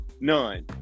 None